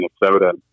minnesota